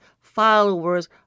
followers